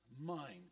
mind